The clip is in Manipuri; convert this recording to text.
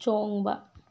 ꯆꯣꯡꯕ